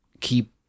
keep